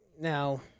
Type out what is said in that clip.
Now